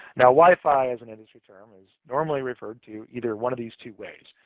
now wi-fi, as an industry term, is normally referred to either one of these two ways.